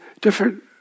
different